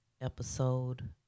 episode